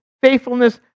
faithfulness